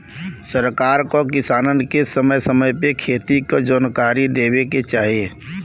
सरकार क किसानन के समय समय पे खेती क जनकारी देवे के चाही